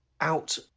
out